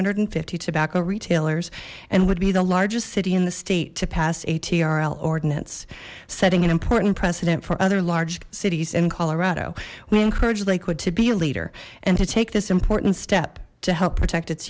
hundred and fifty tobacco retailers and would be the largest city in the state to pass a trl ordinance setting an important precedent for other large cities in colorado we encourage lakewood to be a leader and to take this important step to help protect its